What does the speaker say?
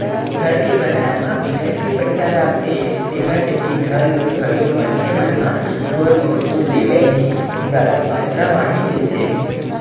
घर के बनाए म बिकट के पइसा लागथे तेखर सेती घर लोन घलो मनखे मन ह थोर बहुत तो लेवय नइ जादा मातरा म ही लेथे